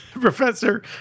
Professor